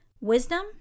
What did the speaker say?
wisdom